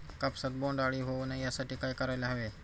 कापसात बोंडअळी होऊ नये यासाठी काय करायला हवे?